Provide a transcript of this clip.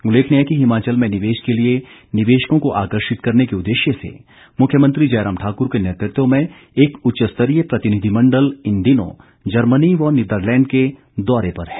उल्लेखनीय है कि हिमाचल में निवेश के लिए निवेशकों को आंकर्षित करने के उद्देश्यसे मुख्यमंत्री जयराम ठाक्र के नेतृत्व में एक उच्च स्तरीय प्रतिनिधिमंडल इन दिनों जर्मनी व नीदरलैंड के दौर पर हैं